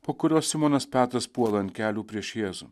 po kurios simonas petras puola ant kelių prieš jėzų